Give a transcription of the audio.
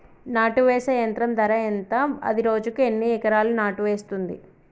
నాటు వేసే యంత్రం ధర ఎంత? అది రోజుకు ఎన్ని ఎకరాలు నాటు వేస్తుంది?